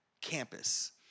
campus